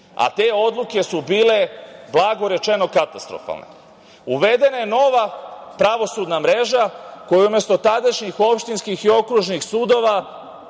a te odluke su bile, blago rečeno, katastrofalne. Uvedena je nova pravosudna mreža, koja je umesto tadašnjih opštinskih i okružnih sudova